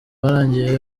warangiye